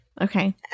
Okay